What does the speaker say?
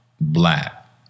black